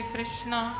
Krishna